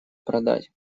продать